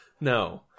No